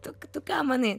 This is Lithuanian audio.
tu ką manai